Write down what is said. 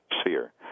sphere